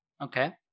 Okay